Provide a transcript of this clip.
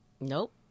Nope